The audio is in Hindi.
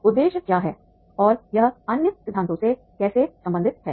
उद्देश्य क्या हैं और यह अन्य सिद्धांतों से कैसे संबंधित है